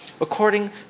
according